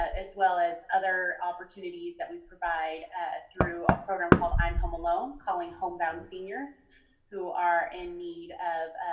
as well as other opportunities that we provide through a program called i'm home alone, calling home-bound seniors who are in need of